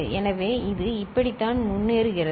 எனவே இது இப்படித்தான் முன்னேறுகிறது